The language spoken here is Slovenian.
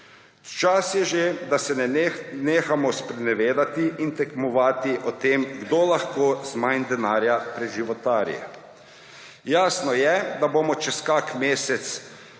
Čas je že, da se nehamo sprenevedati in tekmovati glede tega, kdo lahko z manj denarja preživotari. Jasno je, da bomo čez kak mesec